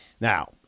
Now